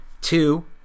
Two